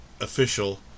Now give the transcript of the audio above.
official